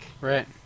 Right